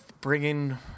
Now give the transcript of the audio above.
bringing